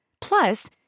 Plus